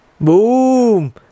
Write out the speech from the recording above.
boom